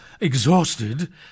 exhausted